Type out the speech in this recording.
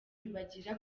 bibagirwa